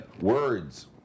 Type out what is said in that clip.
Words